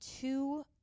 two